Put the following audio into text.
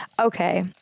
Okay